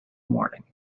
morning